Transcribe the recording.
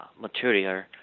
material